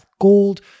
gold